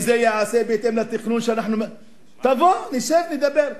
אם זה יעשה בהתאם לתכנון שאנחנו, תבוא, נשב, נדבר.